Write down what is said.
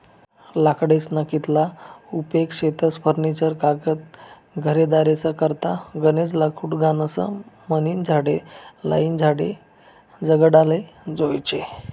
लाकडेस्ना कितला उपेग शेतस फर्निचर कागद घरेदारेस करता गनज लाकूड लागस म्हनीन झाडे लायीन झाडे जगाडाले जोयजे